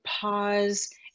pause